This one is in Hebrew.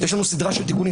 יש לנו סדרה של תיקונים,